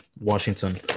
washington